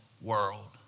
world